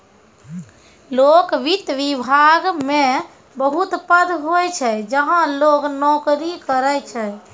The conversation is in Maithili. लोक वित्त विभाग मे बहुत पद होय छै जहां लोग नोकरी करै छै